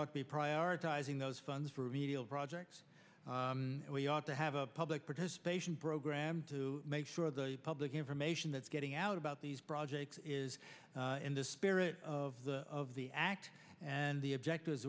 ought to be prioritizing those funds reveal projects we ought to have a public participation program to make sure the public information that's getting out about these projects is in the spirit of the of the act and the object